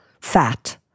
fat